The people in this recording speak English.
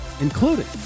including